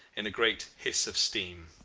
in a great hiss of steam.